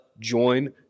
join